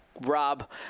rob